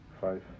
Five